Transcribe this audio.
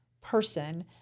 person